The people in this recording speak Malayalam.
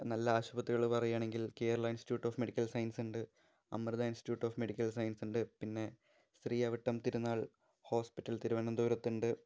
നല്ല ആശുപത്രികള് പറയാണെങ്കില് കേരളാ ഇന്സ്റ്റിറ്റ്യൂട്ട് ഓഫ് മെഡിക്കല് സയന്സസുണ്ട് അമൃതാ ഇന്സ്റ്റിറ്റ്യൂട്ട് ഓഫ് മെഡിക്കല് സയന്സുണ്ട് പിന്നെ ശ്രീ അവിട്ടം തിരുനാള് ഹോസ്പിറ്റല് തിരുവനന്തപുരത്തുണ്ട്